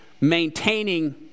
maintaining